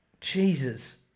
Jesus